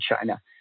China